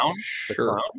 sure